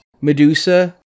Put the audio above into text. Medusa